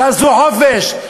תעשו חופש.